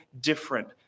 different